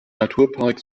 naturpark